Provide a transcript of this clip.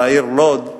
לעיר לוד,